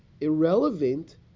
irrelevant